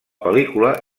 pel·lícula